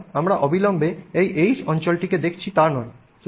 সুতরাং আমরা অবিলম্বে এই H অঞ্চলটিকে দেখছি তা নয়